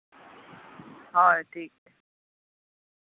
ᱦᱳᱭ ᱴᱷᱤᱠ